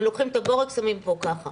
הם לוקחים את הבורג ושמים פה ככה